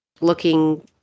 looking